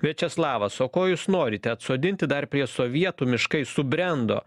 viačeslavas o ko jūs norite atsodinti dar prie sovietų miškai subrendo